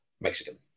Mexican